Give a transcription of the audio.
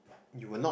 you will not